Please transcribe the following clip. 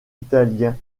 italien